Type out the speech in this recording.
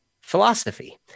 philosophy